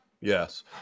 Yes